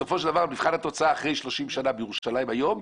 בסופו של דבר מבחן התוצאה אחרי 30 שנים בירושלים היום,